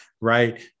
right